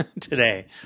today